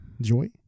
joy